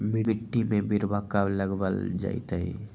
मिट्टी में बिरवा कब लगवल जयतई?